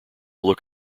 look